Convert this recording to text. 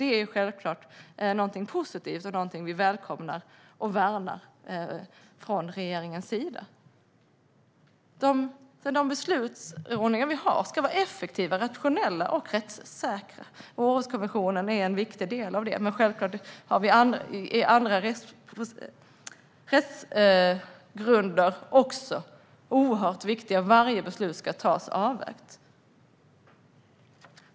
Det är självklart något positivt och något vi från regeringens sida välkomnar och värnar. De beslutsordningar vi har ska vara effektiva, rationella och rättssäkra. Århuskonventionen är en viktig del av det, men självklart har vi andra rättsgrunder också. De är oerhört viktiga, och varje beslut ska vara välavvägt.